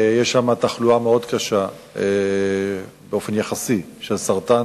יש שם תחלואה מאוד קשה באופן יחסי של סרטן,